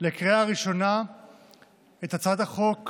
לקריאה הראשונה את הצעת חוק